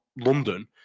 London